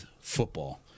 football